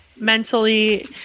Mentally